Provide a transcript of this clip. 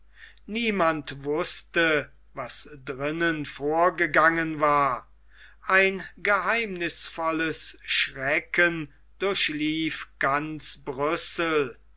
niemand wußte was drinnen vorgegangen war ein geheimnißvolles schrecken durchlief ganz brüssel